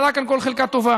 ואומרת: